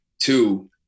Two